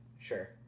Sure